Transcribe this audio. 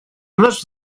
наш